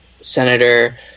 senator